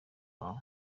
wawe